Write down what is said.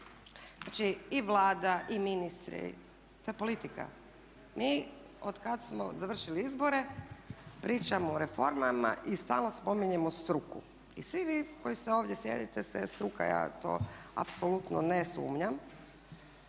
Znači, i Vlada i ministri to je politika. Mi otkad smo završili izbore pričamo o reformama i stalno spominjemo struku. I svi vi koji ste ovdje sjedite ste struka, ja to apsolutno ne sumnjam.